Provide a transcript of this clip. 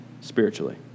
spiritually